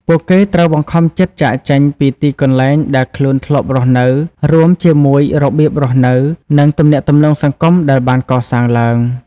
ពួកគេត្រូវបង្ខំចិត្តចាកចេញពីទីកន្លែងដែលខ្លួនធ្លាប់រស់នៅ រួមជាមួយរបៀបរស់នៅ និងទំនាក់ទំនងសង្គមដែលបានកសាងឡើង។